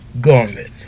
garment